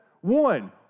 One